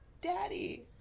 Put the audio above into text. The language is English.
Daddy